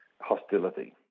hostility